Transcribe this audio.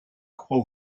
croit